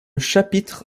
chapitre